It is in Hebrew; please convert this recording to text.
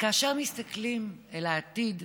כאשר מסתכלים אל העתיד,